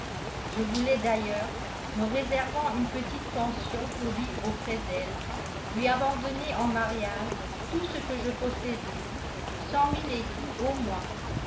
je voulais d'ailleurs me réservant une petite pension pour vivre auprès d'elle lui abandonner en mariage tout ce que je possédais cent mille écus au moins